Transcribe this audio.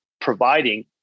providing